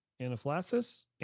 anaphylaxis